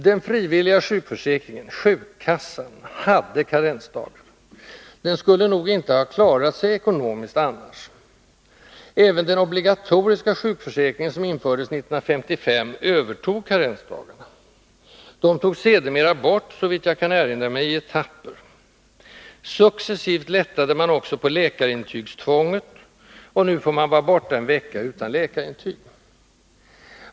Den frivilliga sjukförsäkringen, ”sjukkassan” , hade karensdagar. Den skulle nog inte ha klarat sig ekonomiskt annars. Även den obligatoriska sjukförsäkringen, som infördes 1955, övertog karensdagarna. De togs sedermera bort, såvitt jag kan erinra mig, i etapper. Successivt lättade man också på läkarintygstvånget, och nu får man vara borta en vecka utan läkarintyg.